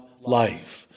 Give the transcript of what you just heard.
life